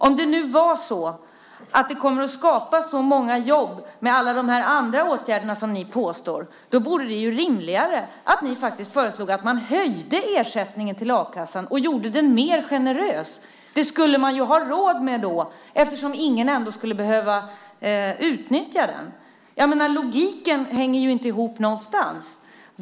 Om det vore så att det kommer att skapas så många jobb med alla de andra åtgärder som ni talar om, då vore det rimligare att ni faktiskt föreslog att man skulle höja ersättningen till a-kassan och göra den mer generös. Det skulle man ju ha råd med eftersom ingen ändå skulle behöva utnyttja den. Logiskt hänger det inte ihop någonstans.